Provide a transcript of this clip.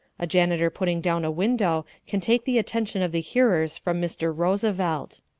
a janitor putting down a window can take the attention of the hearers from mr. roosevelt.